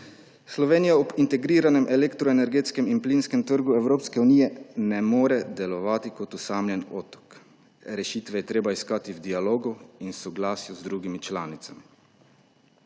Slovenija ob integriranem elektroenergetskem in plinskem trgu Evropske unije ne more delovati kot osamljen otok, rešitve je treba iskati v dialogu in soglasju z drugimi članicami.